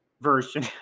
version